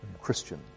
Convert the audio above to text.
Christian